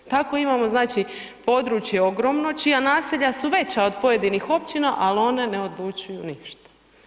Tako imamo područje ogromno čija naselja su veća od pojedinih općina, ali one ne odlučuju ništa.